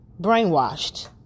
brainwashed